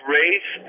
race